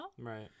Right